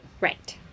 Right